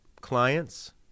clients